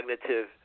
cognitive